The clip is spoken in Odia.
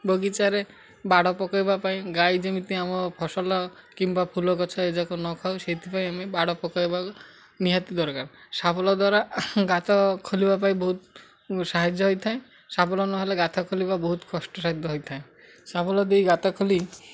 ବଗିଚାରେ ବାଡ଼ ପକାଇବା ପାଇଁ ଗାଈ ଯେମିତି ଆମ ଫସଲ କିମ୍ବା ଫୁଲ ଗଛ ଏଯାକ ନଖାଉ ସେଇଥିପାଇଁ ଆମେ ବାଡ଼ ପକାଇବା ନିହାତି ଦରକାର ଶାବଳ ଦ୍ୱାରା ଗାତ ଖୋଳିବା ପାଇଁ ବହୁତ ସାହାଯ୍ୟ ହେଇଥାଏ ଶାବଳ ନହେଲେ ଗାତ ଖୋଳିବା ବହୁତ କଷ୍ଟ ସାଧ୍ୟ ହୋଇଥାଏ ଶାବଳ ଦେଇ ଗାତ ଖୋଳି